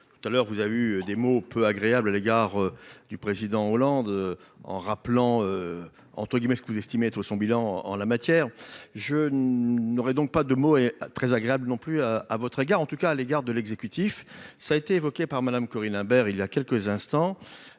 Tout à l'heure, vous avez eu des mots peu agréable à l'égard du président Hollande. En rappelant. Entre guillemets ce que vous estimez être son bilan en la matière. Je n'aurais donc pas de mots et très agréable non plus à à votre égard. En tout cas à l'égard de l'exécutif. Ça a été évoqué par Madame Corinne Imbert, il y a quelques instants,